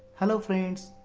hello friends,